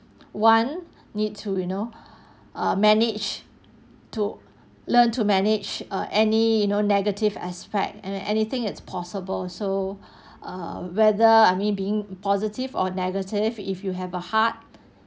one need to you know uh manage to learn to manage err any you know negative aspect and anything it's possible so err whether I mean being positive or negative if you have a heart